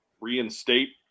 reinstate